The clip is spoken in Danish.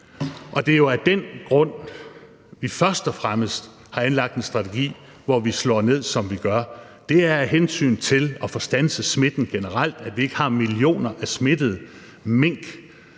Det er jo af den grund, vi først og fremmest har anlagt en strategi, hvor vi slår ned, som vi gør. Det er af hensyn til at få standset smitten generelt, altså at vi ikke har millioner af smittede mink,